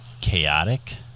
chaotic